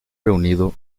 reunido